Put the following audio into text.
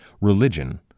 religion